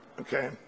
okay